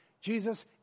Jesus